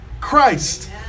Christ